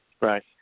Right